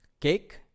Cake